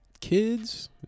kids